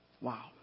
Wow